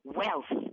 wealth